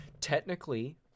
Technically